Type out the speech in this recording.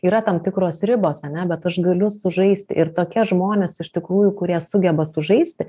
yra tam tikros ribos ane bet aš galiu sužaisti ir tokie žmonės iš tikrųjų kurie sugeba sužaisti